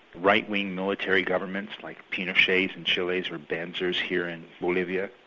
right-wing military governments like pinochet's in chile or banzer's here in bolivia.